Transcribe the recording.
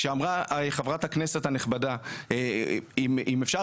כשאמרה חברת הכנסת הנכבדה אם אפשר,